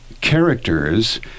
characters